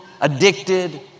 addicted